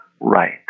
right